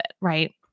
Right